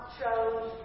chose